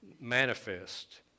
manifest